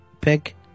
pick